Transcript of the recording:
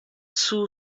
two